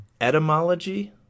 etymology